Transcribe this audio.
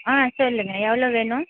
ஆ சொல்லுங்கள் எவ்வளோ வேணும்